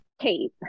Kate